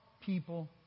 people